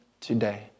today